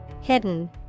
Hidden